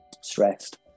stressed